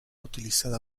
utilizada